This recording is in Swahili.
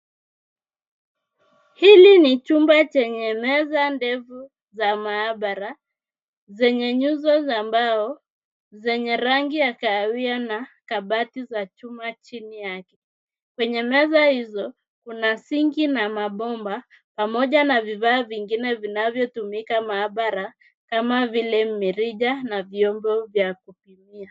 Hili ni chumba chenye meza ndefu za maabara, zenye nguzo za mbao, zenye rangi ya kahawia na kabati za chuma chini yake. Kwenye meza hizo kuna sinki na mabomba pamoja na vifaa vingine vinavyotumika maabara kama vile mirija na vyombo kutumia.